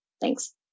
thanks